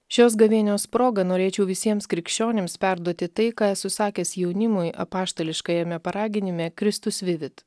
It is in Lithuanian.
šios gavėnios proga norėčiau visiems krikščionims perduoti tai ką esu sakęs jaunimui apaštališkajame paraginime kristus vivit